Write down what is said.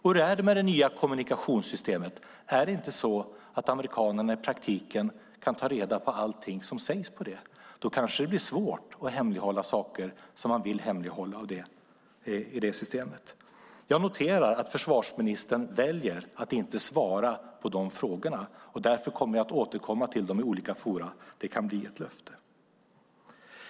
Hur är det med det nya kommunikationssystemet? Är det inte så att amerikanerna i praktiken kan ta reda på allting som sägs? Då kanske det blir svårt att hemlighålla saker som man vill hemlighålla i det systemet. Jag noterar att försvarsministern väljer att inte svara på mina frågor. Därför kommer jag att återkomma till dem i olika forum; det kan bli ett löfte.